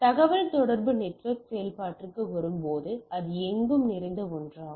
தகவல்தொடர்பு நெட்வொர்க் செயல்பாட்டுக்கு வரும்போது அது எங்கும் நிறைந்த ஒன்றாகும்